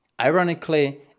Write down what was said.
ironically